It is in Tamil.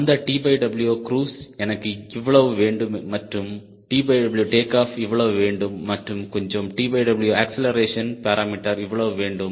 அந்த TWக்ருஸ் எனக்கு இவ்வளவு வேண்டும் மற்றும் TWடேக் ஆஃப் இவ்வளவு வேண்டும் மற்றும் கொஞ்சம் TW அக்ஸ்லரேஷன் பேராமீட்டர் இவ்வளவு வேண்டும்